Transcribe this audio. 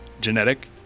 Genetic